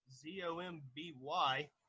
Z-O-M-B-Y